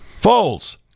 Foles